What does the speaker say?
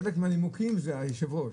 חלק מהנימוקים זה היושב-ראש.